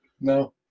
No